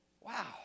Wow